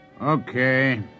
Okay